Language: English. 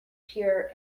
pure